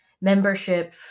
membership